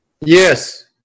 Yes